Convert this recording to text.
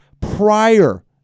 prior